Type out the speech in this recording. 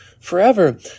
forever